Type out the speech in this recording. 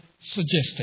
suggested